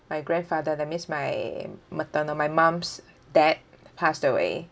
my grandfather that means my maternal my mum's dad passed away